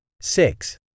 six